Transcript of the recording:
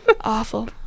Awful